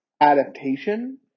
adaptation